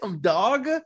dog